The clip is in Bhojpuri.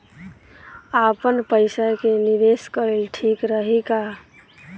आपनपईसा के निवेस कईल ठीक रही का?